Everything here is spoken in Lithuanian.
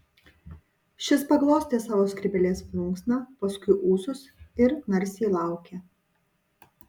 šis paglostė savo skrybėlės plunksną paskui ūsus ir narsiai laukė